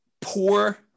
Poor